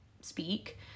speak